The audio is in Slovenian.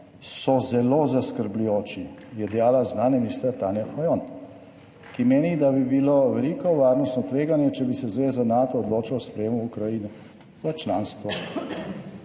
so zelo zaskrbljujoči«, je dejala zunanja ministrica Tanja Fajon, ki meni, da bi bilo veliko varnostno tveganje, če bi se zveza Nato odločala o sprejemu Ukrajine v članstvu.